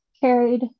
carried